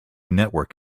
network